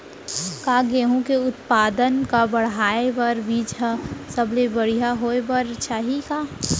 का गेहूँ के उत्पादन का बढ़ाये बर बीज ह सबले बढ़िया होय बर चाही का?